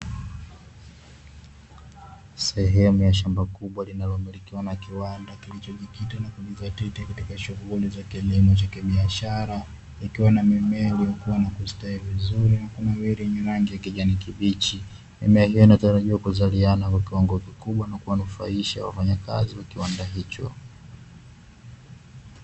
Sehemu ya shamba kubwa linalomilikiwa na kiwanda kilichojikita na kujizatiti katika shughuli za kilimo cha kibiashara, ikiwa na mimea iliyokua na kustawi vizuri na kunawiri yenye rangi ya kijani kibichi. Mimea hiyo inatarajiwa kuzaliana kwa kiwango kikubwa na kuwanufaisha wafanyakazi wa kiwanda hicho.